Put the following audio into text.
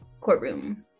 courtroom